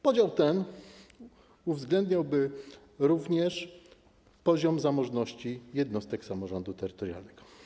Podział ten uwzględniałby również poziom zamożności jednostek samorządu terytorialnego.